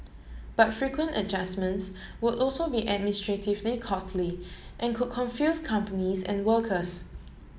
but frequent adjustments would also be administratively costly and could confuse companies and workers